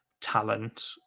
talent